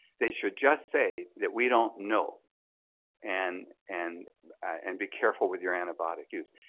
they should just say that we don't know and and and be careful with your antibiotic use.